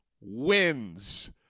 wins